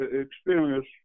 experience